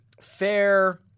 fair